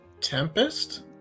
Tempest